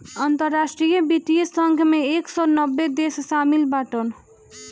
अंतरराष्ट्रीय वित्तीय संघ मे एक सौ नब्बे देस शामिल बाटन